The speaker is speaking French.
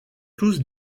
tous